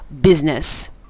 business